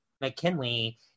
McKinley